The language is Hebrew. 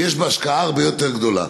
שיש בה השקעה הרבה יותר גדולה.